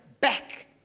back